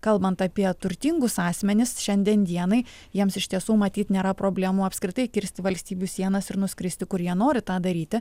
kalbant apie turtingus asmenis šiandien dienai jiems iš tiesų matyt nėra problemų apskritai kirsti valstybių sienas ir nuskristi kurie nori tą daryti